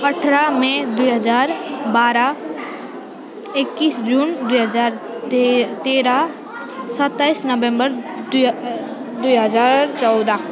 अठाह्र मे दुई हजार बाह्र एक्काइस जुन दुई हजार ते तेह्र सत्ताइस नोभेम्बर दुई दुई हजार चौध